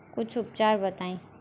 कुछ उपचार बताई?